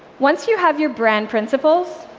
once you have your brand principles,